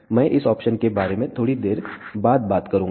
मैं इस ऑप्शन के बारे में थोड़ी देर बाद बात करूंगा